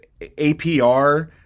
APR